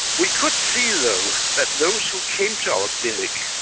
we could see though that those who came to our clinic,